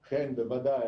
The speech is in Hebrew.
כן, בוודאי.